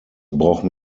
brauchen